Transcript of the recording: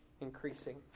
increasing